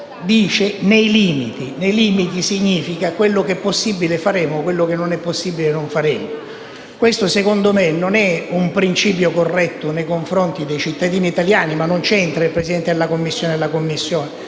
dice «nei limiti», che significa che quello che è possibile faremo e quello che non è possibile non faremo. A mio avviso, non è questo un principio corretto nei confronti dei cittadini italiani, ma non c'entrano il Presidente della Commissione e la Commissione,